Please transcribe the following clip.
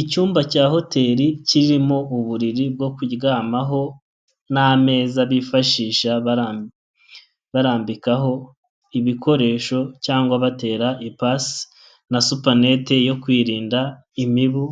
Icyumba cya hoteri kirimo uburiri bwo kuryamaho nameza bifashisha barambikaho ibikoresho cyangwa batera ipasi na supanete yo kwirinda imibu